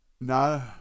No